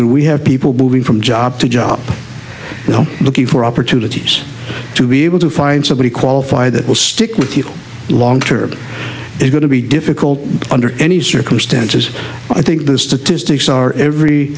when we have people building from job to job you know looking for opportunities to be able to find somebody qualify that will stick with you long term it's going to be difficult under any circumstances i think the statistics are every